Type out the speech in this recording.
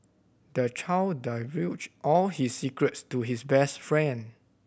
the child divulged all his secrets to his best friend